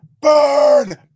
burn